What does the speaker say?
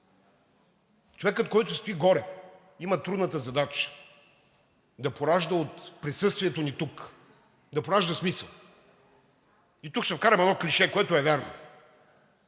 Човекът, който стои горе, има трудната задача от присъствието ни тук да поражда смисъл. И тук ще вкарам едно клише, което е вярно.